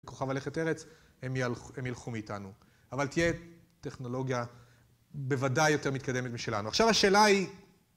כוכב הלכת ארץ, הם ילכו מאיתנו. אבל תהיה טכנולוגיה בוודאי יותר מתקדמת משלנו. עכשיו השאלה היא...